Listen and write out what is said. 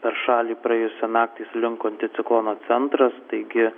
per šalį praėjusią naktį slinko anticiklono centras taigi